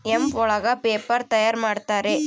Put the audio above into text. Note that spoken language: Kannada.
ಹೆಂಪ್ ಒಳಗ ಪೇಪರ್ ತಯಾರ್ ಮಾಡುತ್ತಾರೆ